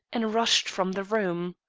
and rushed from the room.